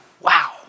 Wow